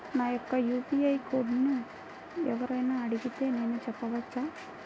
నా యొక్క యూ.పీ.ఐ కోడ్ని ఎవరు అయినా అడిగితే నేను చెప్పవచ్చా?